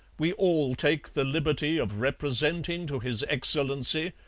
we all take the liberty of representing to his excellency,